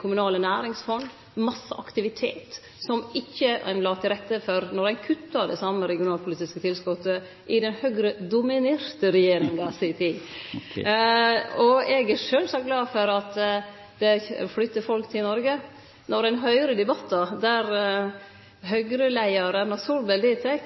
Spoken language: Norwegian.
kommunale næringsfond og masse aktivitet, som ein ikkje la til rette for då ein kutta det same regionalpolitiske tilskottet i den Høgre-dominerte regjeringa i si tid. Eg er sjølvsagt glad for at det flytter folk til Noreg. Når ein høyrer debattar der Høgre-leiar Erna Solberg